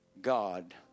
God